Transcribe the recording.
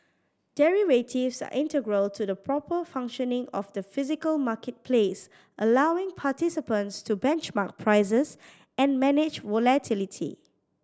derivatives are integral to the proper functioning of the physical marketplace allowing participants to benchmark prices and manage volatility